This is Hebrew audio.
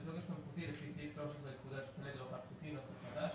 לפי סעיף 13 לפקודת הטלגרף האלחוטי (נוסח חדש),